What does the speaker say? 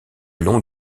long